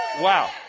Wow